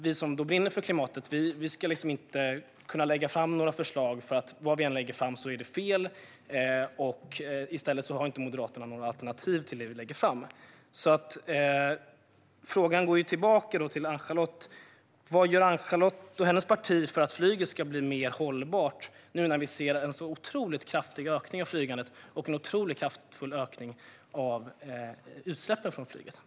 Vi som brinner för klimatet ska inte kunna lägga fram några förslag, för vad vi än lägger fram är det fel. Samtidigt har Moderaterna inte några alternativ till det vi lägger fram. Frågan går tillbaka till Ann-Charlotte: Vad gör hon och hennes parti för att flyget ska bli mer hållbart nu när vi ser en otroligt kraftig ökning av flygandet och utsläppen från flyget?